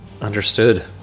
Understood